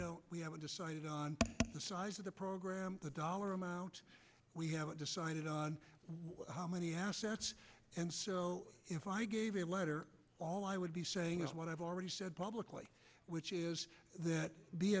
here we haven't decided on the size of the program the dollar amount we haven't decided on how many assets and if i gave a letter all i would be saying is what i've already said publicly which is that